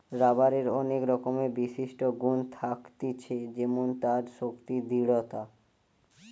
রাবারের অনেক রকমের বিশিষ্ট গুন থাকতিছে যেমন তার শক্তি, দৃঢ়তা